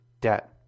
debt